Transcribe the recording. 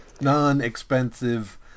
non-expensive